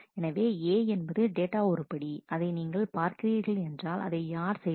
எனவே a என்பது data உருப்படி அதை நீங்கள் பார்க்கிறீர்கள் என்றால் அதை யார் செய்தது